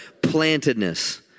Plantedness